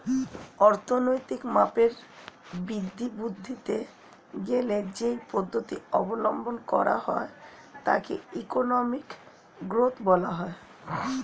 অর্থনৈতিক মাপের বৃদ্ধি বুঝতে গেলে যেই পদ্ধতি অবলম্বন করা হয় তাকে ইকোনমিক গ্রোথ বলা হয়